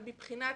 אבל מבחינת